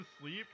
sleep